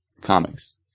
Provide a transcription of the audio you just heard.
comics